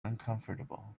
uncomfortable